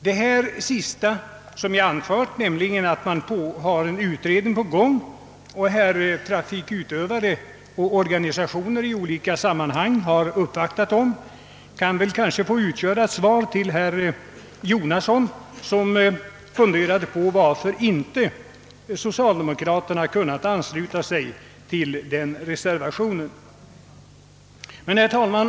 Detta sista som jag anförde, nämligen att en utredning är på gång och att trafikutövarnas organisationer har uppvaktat den, kan kanske få utgöra ett svar till herr Jonasson, som funderade över varför inte socialdemokraterna hade kunnat ansluta sig till reservationen. Herr talman!